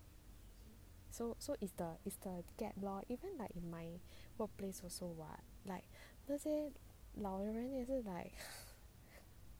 so so is the is the gap lor even like in my workplace also [what] like 那些老人也是 like